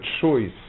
choice